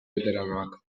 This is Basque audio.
beteranoak